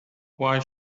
why